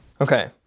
Okay